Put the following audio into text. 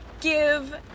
give